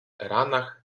ranach